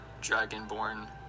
dragonborn